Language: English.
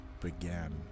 began